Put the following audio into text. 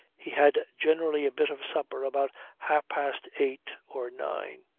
he had generally a bit of supper about half-past eight or nine.